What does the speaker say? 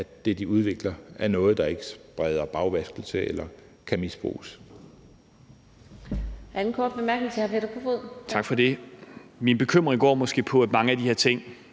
at det, de udvikler, ikke er noget, der spreder bagvaskelse eller kan misbruges.